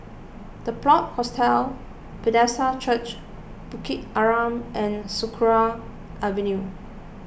the Plot Hostels Bethesda Church Bukit Arang and Sakra Avenue